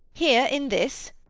here, in this.